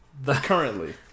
Currently